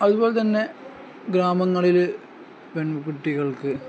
അതുപോലെ തന്നെ ഗ്രാമങ്ങളില് പെൺകുട്ടികൾക്ക്